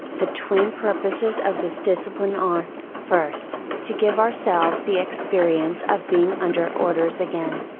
the twin purposes of this discipline are, first, to give ourselves the experience of being under orders again,